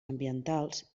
ambientals